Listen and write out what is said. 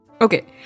Okay